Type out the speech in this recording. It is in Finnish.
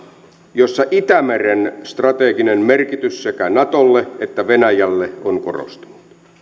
jossa itämeren strateginen merkitys sekä natolle että venäjälle on korostunut